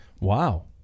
Wow